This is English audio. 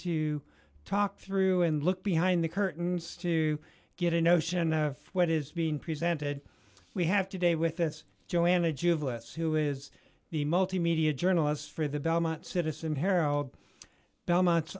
to talk through and look behind the curtains to get a notion of what is being presented we have today with us joanna ju of us who is the multimedia journalist for the belmont citizen herald belmont